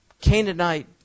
Canaanite